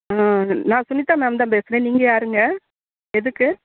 நான் சுனிதா மேம் தான் பேசுகிறேன் நீங்கள் யாருங்க எதுக்கு